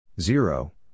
Zero